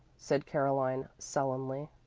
said caroline sullenly.